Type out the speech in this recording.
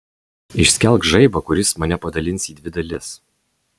išskelk žaibą kuris mane padalins į dvi dalis